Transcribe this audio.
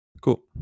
Cool